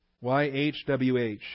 Y-H-W-H